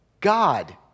God